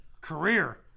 career